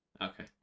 Okay